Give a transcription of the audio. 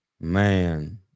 Man